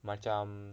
macam